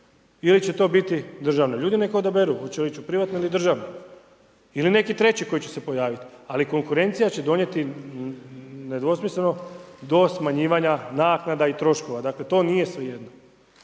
ili će to biti državno. Ljudi neka odaberu hoće li ići u privatno ili državno ili neki treći koji će se pojaviti. Ali konkurencija će donijeti nedvosmisleno do smanjivanja naknada i troškova dakle to nije svejedno.